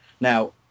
Now